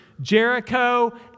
Jericho